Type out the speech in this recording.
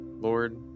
Lord